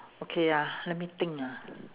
okay ya let me think ah